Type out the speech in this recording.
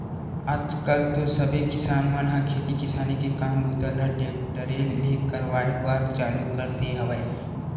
आज कल तो सबे किसान मन ह खेती किसानी के काम बूता ल टेक्टरे ले करवाए बर चालू कर दे हवय